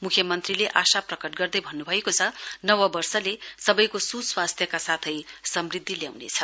मुख्यमन्त्रीले आशा प्रकट गर्दै भन्नुभएको छ नववर्षले सबैको सुस्वास्थ्यका साथै समुद्धि ल्याउनेछ